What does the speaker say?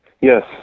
Yes